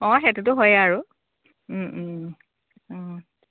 অঁ সেইটোটো হয়েই আৰু অঁ